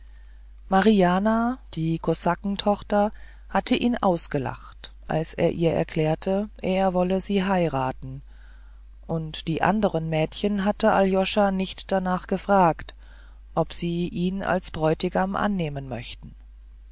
mariana die kosakentochter hatte ihn ausgelacht als er ihr erklärte er wolle sie heiraten und die anderen mädchen hatte aljoscha nicht danach gefragt ob sie ihn als bräutigam annehmen möchten